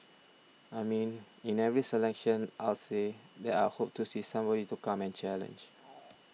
I mean in every election I'll say that I hope to see somebody to come and challenge